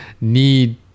need